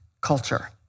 culture